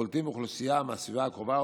הקולטים אוכלוסייה מהסביבה הקרובה,